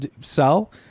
sell